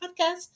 podcast